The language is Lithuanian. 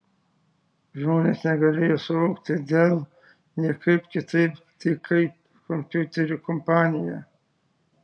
žmonės negalėjo suvokti dell niekaip kitaip tik kaip kompiuterių kompaniją